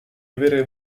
avere